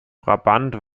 brabant